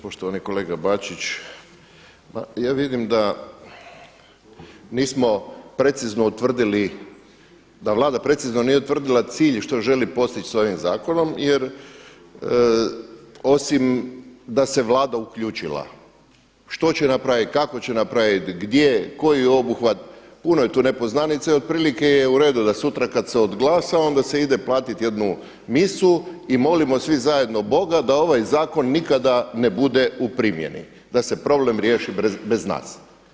Poštovani kolega Bačić, pa ja vidim da nismo precizno utvrdili, da Vlada precizno nije utvrdila cilj što želi postići sa ovim zakonom jer osim da se Vlada uključila, što će napraviti, kako će napraviti, gdje, koji obuhvat, puno je tu nepoznanica i otprilike je u redu da sutra kada se odglasa onda se ide platiti jednu misu i molimo svi zajedno Boga da ovaj zakon nikada ne bude u primjeni, da se problem riješi bez nas.